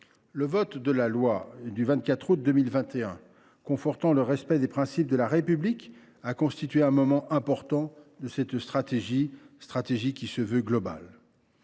Le vote de la loi du 24 août 2021 confortant le respect des principes de la République a constitué un moment important de cette stratégie qui se veut globale.